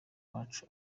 wacu